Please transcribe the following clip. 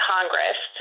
Congress